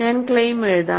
ഞാൻ ക്ലെയിം എഴുതാം